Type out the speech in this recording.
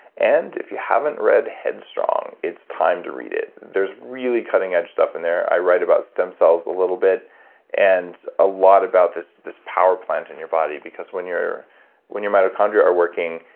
and if you haven't read head strong, it's time to read it there's really cutting edge stuff in there. i write about stem cells a little bit and a lot about this this power plant in your body because when your when your mitochondria are working,